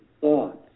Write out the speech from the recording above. thoughts